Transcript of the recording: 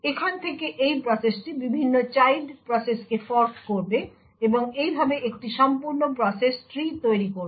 এখান থেকে এই প্রসেসটি বিভিন্ন চাইল্ড প্রসেসকে ফর্ক করবে এবং এইভাবে একটি সম্পূর্ণ প্রসেস ট্রি তৈরি করবে